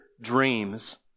dreams